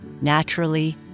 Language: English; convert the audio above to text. Naturally